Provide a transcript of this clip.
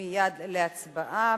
מייד להצבעה.